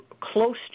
close